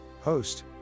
Host